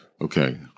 Okay